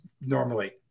normally